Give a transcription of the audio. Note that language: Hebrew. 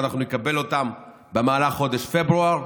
ואנחנו נקבל אותם במהלך חודש פברואר,